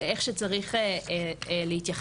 לאיך שצריך להתייחס.